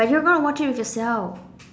but you're gonna watch it with Jaselle